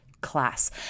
class